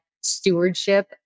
stewardship